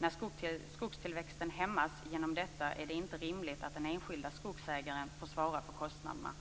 När skogstillväxten hämmas genom detta är det inte rimligt att den enskilda skogsägaren får svara för kostnaderna.